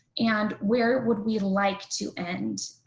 and where would we like to end?